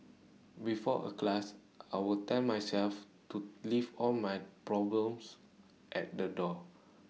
before A class I will tell myself to leave all my problems at the door